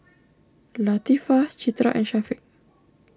Latifa Citra and Syafiq